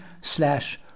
slash